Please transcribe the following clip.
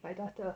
my daughter